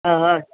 ಹಾಂ ಹಾಂ